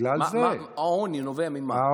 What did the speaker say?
העוני נובע ממה?